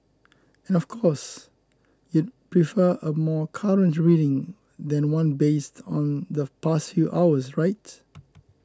and of course you prefer a more current reading than one based on the past few hours right